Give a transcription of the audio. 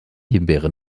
himbeere